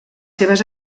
seves